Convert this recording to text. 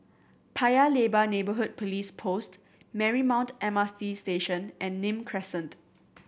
Paya Lebar Neighbourhood Police Post Marymount M R T Station and Nim Crescent